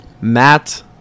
Matt